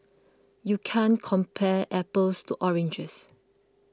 you can't compare apples to oranges